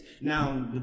Now